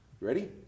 Ready